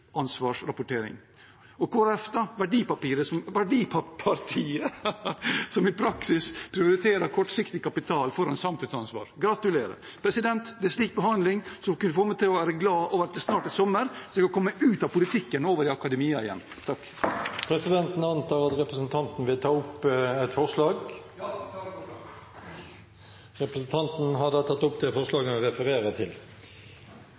som i praksis prioriterer kortsiktig kapital foran samfunnsansvar: Gratulerer! Det er slik behandling som kan få meg til å være glad for at det snart er sommer, så jeg kan komme ut av politikken og over i akademia igjen. Jeg tar opp forslaget som Miljøpartiet De Grønne står bak sammen med andre partier. Da har representanten Per Espen Stoknes tatt opp det forslaget han refererte til.